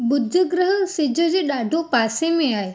बुध ग्रह सिज जे ॾाढो पासे में आहे